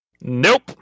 Nope